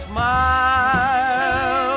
Smile